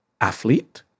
athlete